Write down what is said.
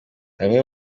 bamwe